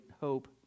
hope